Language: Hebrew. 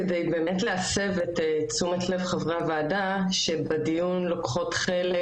כדי באמת להסב את תשומת לב חברי הוועדה שבדיון לוקחות חלק,